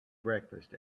breakfast